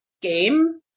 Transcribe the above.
game